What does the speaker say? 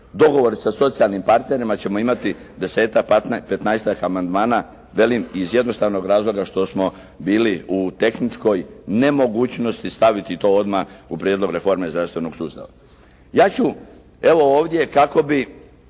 dogovori sa socijalnim partnerima ćemo imati 10-ak 15-ak amandmana velim iz jednostavnog razloga što smo bili u tehničkoj nemogućnosti staviti to odmah u prijedlog reforme zdravstvenog sustava. Ja ću evo ovdje kako bi